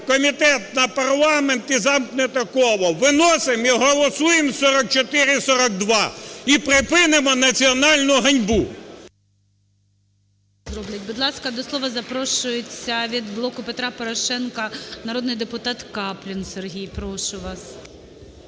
комітет на парламент – і замкнуте коло. Виносимо і голосуємо 4442, і припинимо національну ганьбу. ГОЛОВУЮЧИЙ. Будь ласка, до слова запрошується від "Блоку Петра Порошенка" народний депутат Каплін Сергій. Прошу вас.